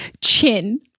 chin